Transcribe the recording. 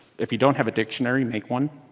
if you don't have a dictionary, make one.